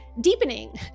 deepening